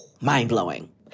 Mind-blowing